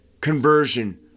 conversion